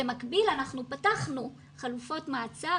במקביל אנחנו פתחנו חלופות מעצר,